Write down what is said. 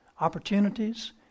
opportunities